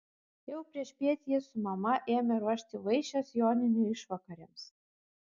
jau priešpiet ji su mama ėmė ruošti vaišes joninių išvakarėms